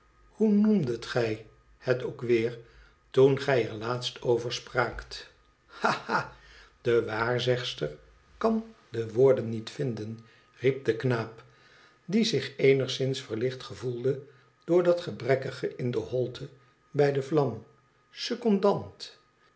hoe noemdet gij het ook weer toen gij er laatst over spraakt ha ha de waarzegster kan de woorden niet vinden riep de knaap die zich eenigszins verlicht gevoelde door dat gebrekkige in de holte bij de vlam secondant